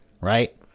right